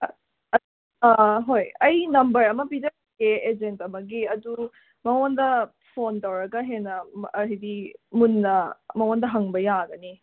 ꯍꯣꯏ ꯑꯩ ꯅꯝꯕꯔ ꯑꯃ ꯄꯤꯖꯔꯛꯀꯦ ꯑꯦꯖꯦꯟ ꯑꯃꯒꯤ ꯑꯗꯨ ꯃꯉꯣꯟꯗ ꯐꯣꯟ ꯇꯧꯔꯒ ꯍꯦꯟꯅ ꯍꯥꯏꯗꯤ ꯃꯨꯟꯅ ꯃꯉꯣꯟꯗ ꯍꯪꯕ ꯌꯥꯒꯅꯤ